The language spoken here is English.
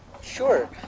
Sure